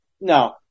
no